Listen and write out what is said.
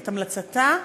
את המלצתה,